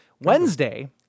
Wednesday